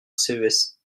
ces